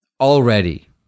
Already